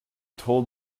told